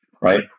right